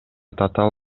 татаал